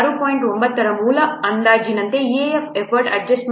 9 ರ ಮೂಲ ಅಂದಾಜಿನಂತೆ EAF ಎಫರ್ಟ್ ಅಡ್ಜಸ್ಟ್ಮೆಂಟ್ ಫ್ಯಾಕ್ಟರ್ 1